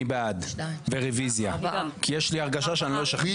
אני בעד ורביזיה, כי יש לי הרגשה שאני לא אשכנע.